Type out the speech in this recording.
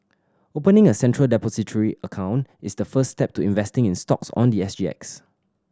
opening a Central Depository account is the first step to investing in stocks on the S G X